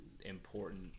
important